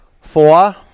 Four